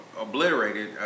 obliterated